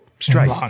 Straight